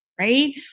right